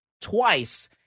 twice